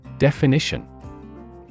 Definition